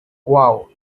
wow